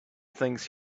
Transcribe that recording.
thinks